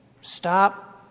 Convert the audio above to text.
Stop